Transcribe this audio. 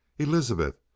elizabeth,